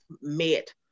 met